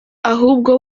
ahubwo